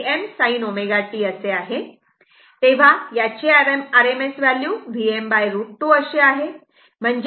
तेव्हा याची RMS value Vm√ 2 अशी आहे